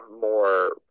more